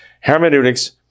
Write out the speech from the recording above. Hermeneutics